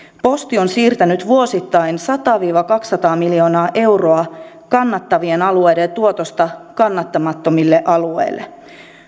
posti on siirtänyt vuosittain sata viiva kaksisataa miljoonaa euroa kannattavien alueiden tuotosta kannattamattomille alueille